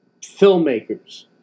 filmmakers